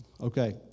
Okay